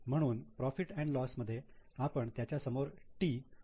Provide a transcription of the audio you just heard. म्हणून profit and loss profit loss मध्ये आपण त्याच्यासमोर 'T' असे लिहू